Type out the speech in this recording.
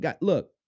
look